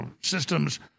systems